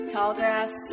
Tallgrass